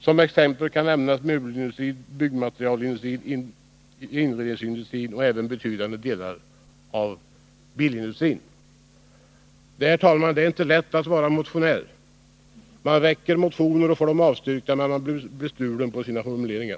Som exempel kan nämnas möbelindustrin, byggmaterialindustrin, inredningsindustrin och även betydande delar av bilindustrin, som finns lokaliserad i länet.” Det är inte lätt att vara motionär. Man väcker motioner och får dem avstyrkta, men man blir bestulen på sina formuleringar.